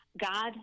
god